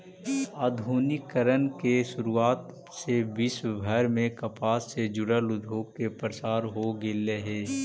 आधुनिकीकरण के शुरुआत से विश्वभर में कपास से जुड़ल उद्योग के प्रसार हो गेल हई